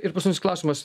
ir paskutinis klausimas